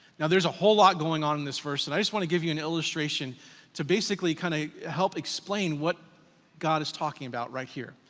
now there's a whole lot going on in this verse and i just wanna give you an illustration to basically kind of help explain what god is talking about right here.